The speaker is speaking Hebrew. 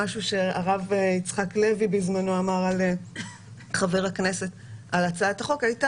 משהו שחבר הכנסת הרב יצחק לוי בזמנו אמר על הצעת חוק הייתה